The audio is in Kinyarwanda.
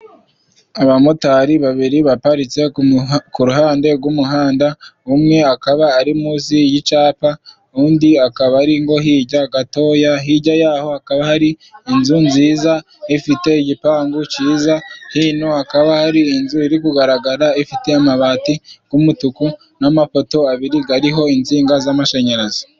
Abamotari babiri baparitse ku muha ku ruhande rw'umuhanda umwe akaba ari munsi y'icapa, undi akaba ari nko hirya gatoya. Hirya yaho hakaba hari inzu nziza ifite igipangu cyiza .Hino hakaba ari inzu iri kugaragara ifite amabati g'umutuku, n'amapoto abiri gariho insinga z'amashanyarazi.